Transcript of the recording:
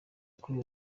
kuri